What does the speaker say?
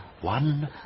one